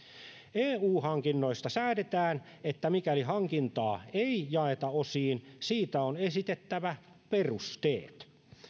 eu hankinnoista säädetään että mikäli hankintaa ei jaeta osiin siitä on esitettävä perusteet